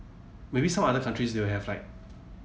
maybe some other countries they will have like